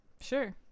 Sure